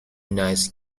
nice